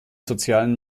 sozialen